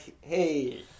hey